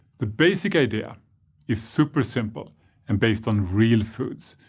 the basic idea is super simple and based on real foods.